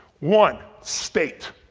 one, state.